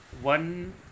one